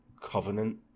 Covenant